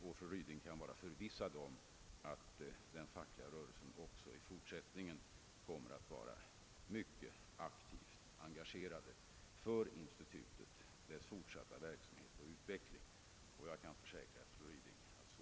Fru Ryding kan vara förvissad om att denna också i fortsättningen kommer att vara mycket aktivt engagerad för institutets verksamhet och utveckling. Jag kan försäkra att detsamma gäller också socialdepartementet.